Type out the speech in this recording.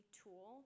tool